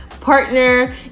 partner